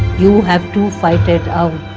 you have to fight it out,